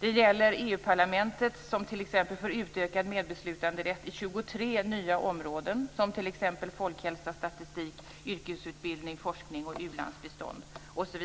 Det gäller EU-parlamentet som får utökad medbeslutanderätt på 23 nya områden som t.ex. folkhälsa, statistik, yrkesutbildning, forskning, u-landsbistånd osv.